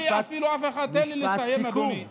לי, אפילו אף אחד, תן לי לסיים, אדוני.